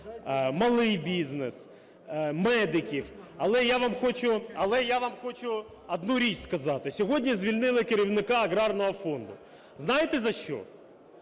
малий бізнес, медиків. Але я вам хочу одну річ сказати: сьогодні звільнили керівника Аграрного фонду. Знаєте за що?